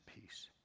peace